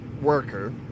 worker